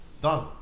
Done